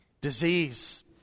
Disease